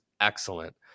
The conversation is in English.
excellent